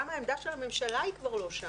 גם העמדה של הממשלה היא כבר לא שם,